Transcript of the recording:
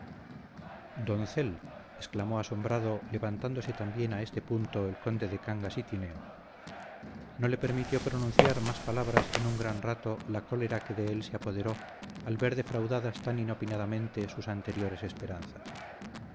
doncel exclamó asombrado levantándose también a este punto el conde de cangas y tineo no le permitió pronunciar más palabras en un gran rato la cólera que de él se apoderó al ver defraudadas tan inopinadamente sus anteriores esperanzas